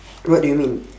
what do you mean